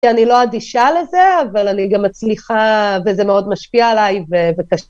כי אני לא אדישה לזה, אבל אני גם מצליחה, וזה מאוד משפיע עליי